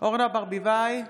אורנה ברביבאי,